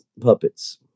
puppets